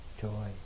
joy